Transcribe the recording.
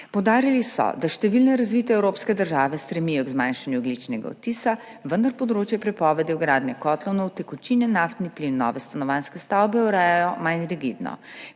Poudarili so, da številne razvite evropske države stremijo k zmanjšanju ogljičnega odtisa, vendar področje prepovedi vgradnje kotlov na utekočinjen naftni plin v nove stanovanjske stavbe urejajo manj rigidno.